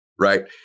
right